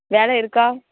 வேலை இருக்கா